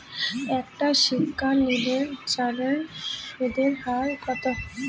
একটা শিক্ষা ঋণের জিনে সুদের হার কত?